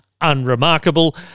unremarkable